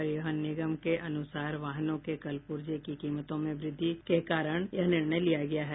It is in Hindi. परिवहन निगम के अनुसार वाहनों के कल पूर्जे की कीमतों में वृद्धि के कारण यह निर्णय लिया गया है